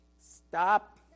stop